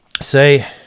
say